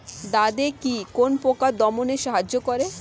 দাদেকি কোন পোকা দমনে সাহায্য করে?